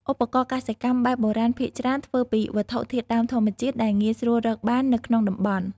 ឧបករណ៍កសិកម្មបែបបុរាណភាគច្រើនធ្វើពីវត្ថុធាតុដើមធម្មជាតិដែលងាយស្រួលរកបាននៅក្នុងតំបន់។